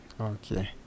Okay